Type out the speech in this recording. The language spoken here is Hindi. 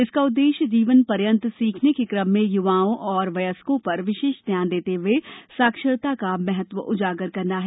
इसका उद्देश्य जीवन पर्यन्त सीखने के क्रम में युवाओं और वयस्कों पर विशेष ध्यान देते हुए साक्षरता का महत्व उजागर करना है